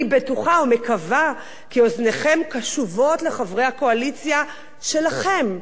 אני בטוחה ומקווה כי אוזניכם קשובות לחברי הקואליציה שלכם,